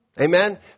Amen